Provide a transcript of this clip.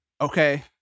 okay